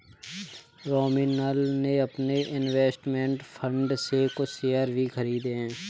रोमिल ने अपने investment fund से कुछ शेयर भी खरीदे है